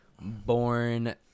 born